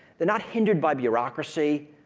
they're not hindered by bureaucracy,